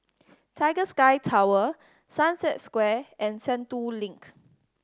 Tiger Sky Tower Sunset Square and Sentul Link